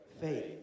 faith